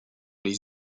les